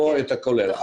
לא את הכולל.